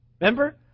Remember